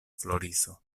floriso